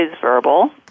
verbal